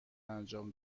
انجام